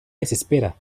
desespera